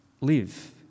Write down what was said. live